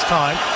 time